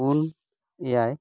ᱯᱩᱱ ᱮᱭᱟᱭ